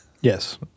Yes